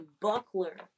buckler